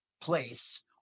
place